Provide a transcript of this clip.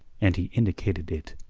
and he indicated it.